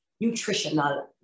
nutritional